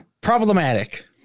Problematic